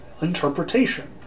interpretation